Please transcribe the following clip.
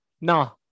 No